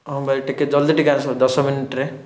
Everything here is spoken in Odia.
ହଁ ଭାଇ ଟିକିଏ ଜଲ୍ଦି ଟିକିଏ ଆସ ଦଶ ମିନିଟ୍ରେ